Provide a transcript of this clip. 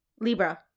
libra